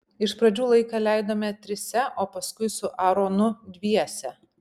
iš pradžių laiką leidome trise o paskui su aaronu dviese